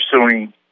pursuing